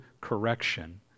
correction